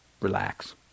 relax